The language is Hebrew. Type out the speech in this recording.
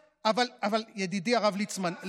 ידידי הרב ליצמן,